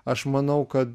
aš manau kad